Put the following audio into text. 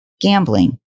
gambling